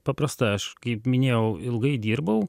paprasta aš kaip minėjau ilgai dirbau